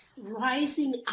rising